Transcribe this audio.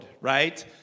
right